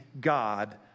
God